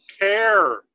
care